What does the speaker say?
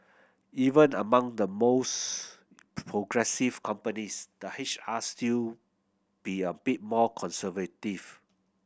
even among the mores progressive companies the H R still be a bit more conservative